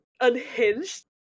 unhinged